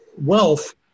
wealth